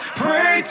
pray